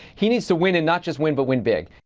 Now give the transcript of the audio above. he needs to win and not just win, but win big.